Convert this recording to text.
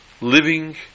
living